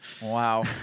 Wow